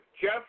Jeff